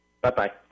Bye-bye